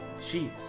cheese